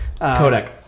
Codec